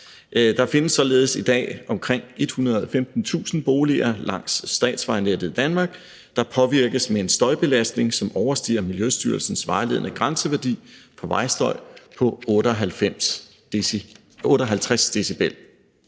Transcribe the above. Der findes således i dag omkring 115.000 boliger langs statsvejnettet i Danmark, der påvirkes med en støjbelastning, som overstiger Miljøstyrelsens vejledende grænseværdi for vejstøj på 58 dB.